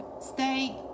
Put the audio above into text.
stay